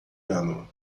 ano